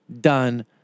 done